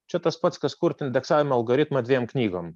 čia tas pats kas kurti indeksavimo algoritmą dviem knygom